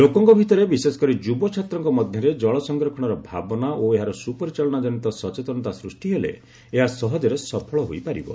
ଲୋକଙ୍କ ଭିତରେ ବିଶେଷକରି ଯୁବଚ୍ଛାତ୍ରଙ୍କ ମଧ୍ୟରେ ଜଳସଂରକ୍ଷଣର ଭାବନା ଓ ଏହାର ସୁପରିଚାଳନା ଜନିତ ସଚେତନତା ସୃଷ୍ଟି ହେଲେ ଏହା ସହଜରେ ସଫଳ ହୋଇପାରିବ